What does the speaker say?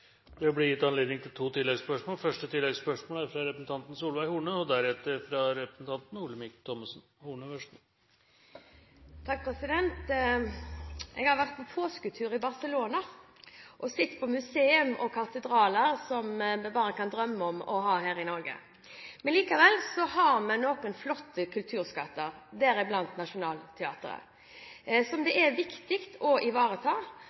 Solveig Horne – til oppfølgingsspørsmål. Jeg har vært på påsketur i Barcelona og sett på museum og katedraler som vi bare kan drømme om å ha her i Norge. Likevel har vi noen flotte kulturskatter, deriblant Nationaltheatret, som det er viktig å ta vare på. Som kulturministeren selv var inne på, har bygningen ikke vært prioritert når det